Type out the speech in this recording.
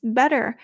better